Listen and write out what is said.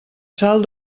sal